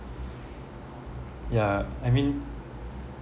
yeah I mean